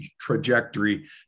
trajectory